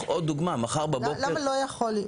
למה לא יכול?